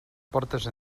portes